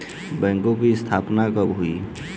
बैंकों की स्थापना कब हुई?